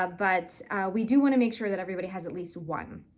ah but we do want to make sure that everybody has at least one.